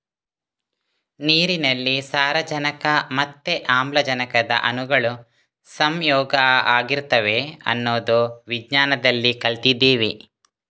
ನೀರಿನಲ್ಲಿ ಸಾರಜನಕ ಮತ್ತೆ ಆಮ್ಲಜನಕದ ಅಣುಗಳು ಸಂಯೋಗ ಆಗಿರ್ತವೆ ಅನ್ನೋದು ವಿಜ್ಞಾನದಲ್ಲಿ ಕಲ್ತಿದ್ದೇವೆ